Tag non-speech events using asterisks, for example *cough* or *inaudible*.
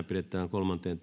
*unintelligible* pidettävään kolmanteen *unintelligible*